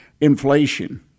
inflation